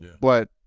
but-